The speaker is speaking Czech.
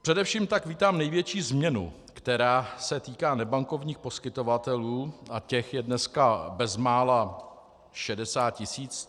Především tak vítám největší změnu, která se týká nebankovních poskytovatelů, a těch je dneska bezmála 60 tisíc.